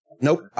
nope